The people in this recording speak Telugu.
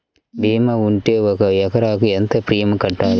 భీమా ఉంటే ఒక ఎకరాకు ఎంత ప్రీమియం కట్టాలి?